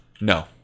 No